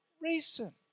reason